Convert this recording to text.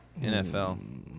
NFL